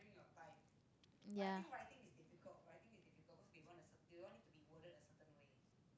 ya